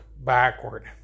backward